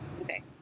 Okay